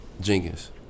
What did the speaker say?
Jenkins